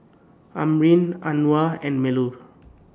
Amrin Anuar and Melur